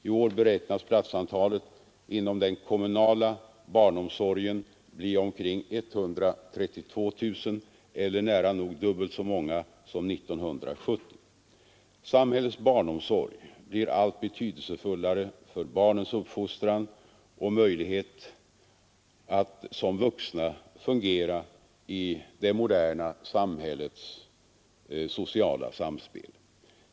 I år beräknas platsantalet inom den kommunala barnomsorgen bli omkring 132 000, eller nära nog dubbelt så många som 1970. Samhällets barnomsorg blir allt betydelsefullare för barnens uppfostran och möjlighet att som vuxna fungera i det moderna samhällets sociala samspel.